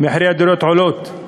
מחירי הדירות עולים.